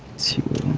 stupid!